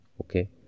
Okay